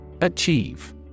Achieve